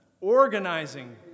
Organizing